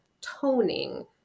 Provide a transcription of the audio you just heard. toning